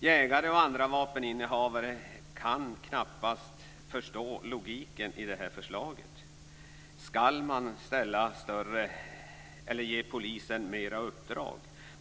Jägare och andra vapeninnehavare kan knappast förstå logiken i det här förslaget. Ska man ge polisen mer i uppdrag?